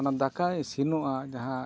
ᱚᱱᱟ ᱫᱟᱠᱟ ᱤᱥᱤᱱᱚᱜᱼᱟ ᱡᱟᱦᱟᱸ